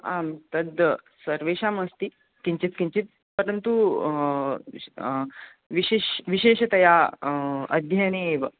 आं तद् सर्वेषामस्ति किञ्चित् किञ्चित् परन्तु विशिश् विशेषतया अध्ययने एव